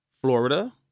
Florida